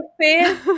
face